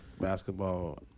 basketball